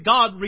God